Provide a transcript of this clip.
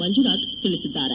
ಮಂಜುನಾಥ ತಿಳಿಸಿದ್ದಾರೆ